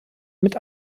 mit